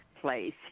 place